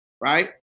right